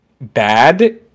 bad